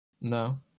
No